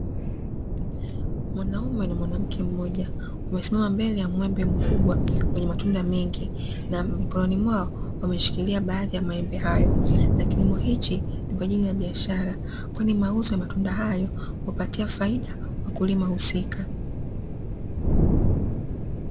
Mwanaume na mwanamke mmoja wamesimama mbele ya muembe mkubwa wenye matunda mengi na mikononi mwao wameshikilia baadhi ya maembe hayo, na kilimo hichi ni kwa ajili ya biashara kwani mauzo ya matunda hayo hupatia faida wakulima husika.